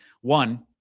one